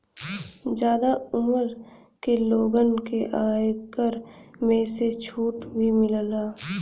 जादा उमर के लोगन के आयकर में से छुट भी मिलला